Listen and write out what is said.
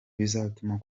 bizatuma